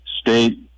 State